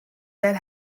that